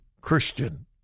Christian